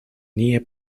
near